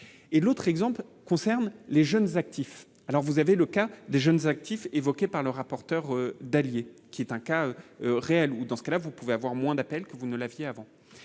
et l'autre exemple concerne les jeunes actifs, alors vous avez le cas des jeunes actifs évoqués par le rapporteur d'alliés qui est un cas réel ou dans ce cas-là, vous pouvez avoir moins d'appels que vous ne l'aviez avant